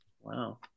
Wow